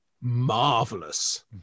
marvelous